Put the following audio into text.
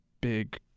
big